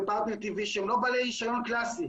ופרטנר טי.וי שהם לא בעלי רשיון קלאסי,